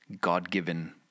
God-given